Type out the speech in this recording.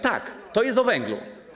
Tak, to jest o węglu.